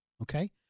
Okay